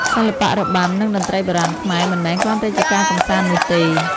សិល្បៈរបាំ និងតន្ត្រីបុរាណខ្មែរ មិនមែនគ្រាន់តែជាការកម្សាន្តនោះទេ។